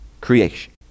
creation